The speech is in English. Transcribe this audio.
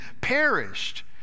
perished